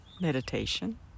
meditation